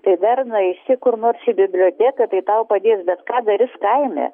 tai dar nueisi kur nors į biblioteką tai tau padės bet ką daris kaime